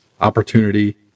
opportunity